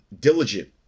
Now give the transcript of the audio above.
diligent